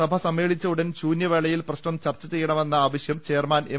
സഭ സമ്മേളിച്ച ഉടൻ ശൂന്യ വേളയിൽ പ്രശ്നം ചർച്ച ചെയ്യണമെന്ന ആവശ്യം ചെയർമാൻ എം